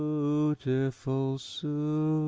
ootiful soo